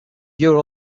viewer